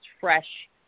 fresh